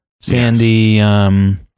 Sandy